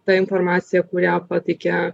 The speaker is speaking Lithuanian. ta informacija kurią pateikia